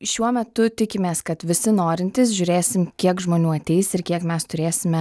šiuo metu tikimės kad visi norintys žiūrėsim kiek žmonių ateis ir kiek mes turėsime